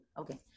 okay